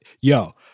Yo